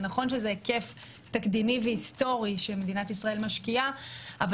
זה נכון שזה היקף תקדימי והיסטורי שמדינת ישראל משקיעה אבל